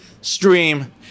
stream